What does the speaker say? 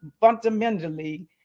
fundamentally